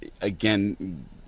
again